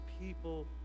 people